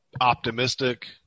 optimistic